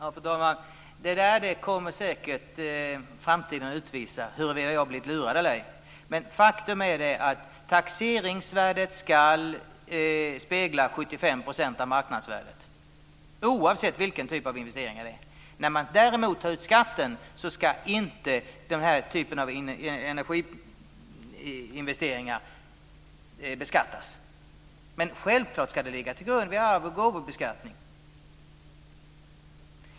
Fru talman! Framtiden kommer säkert att utvisa huruvida jag har blivit lurad eller inte. Faktum är att taxeringsvärdet ska spegla 75 % av marknadsvärdet oavsett vilken typ av investeringar det gäller. När man däremot tar ut skatten ska inte den här typen av energiinvesteringar beskattas. Men självklart ska de ligga till grund för arvs och gåvobeskattning.